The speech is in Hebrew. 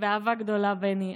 באהבה גדולה, בני.